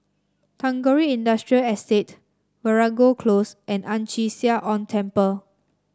Tagore Industrial Estate Veeragoo Close and Ang Chee Sia Ong Temple